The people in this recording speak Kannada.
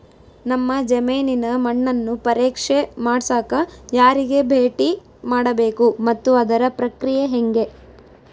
ನಮ್ಮ ಜಮೇನಿನ ಮಣ್ಣನ್ನು ಪರೇಕ್ಷೆ ಮಾಡ್ಸಕ ಯಾರಿಗೆ ಭೇಟಿ ಮಾಡಬೇಕು ಮತ್ತು ಅದರ ಪ್ರಕ್ರಿಯೆ ಹೆಂಗೆ?